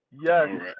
Yes